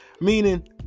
Meaning